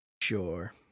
Sure